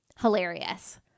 Hilarious